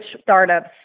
startups